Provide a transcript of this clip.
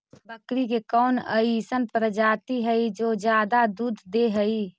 बकरी के कौन अइसन प्रजाति हई जो ज्यादा दूध दे हई?